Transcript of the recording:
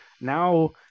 Now